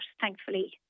thankfully